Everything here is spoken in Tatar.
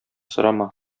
сорама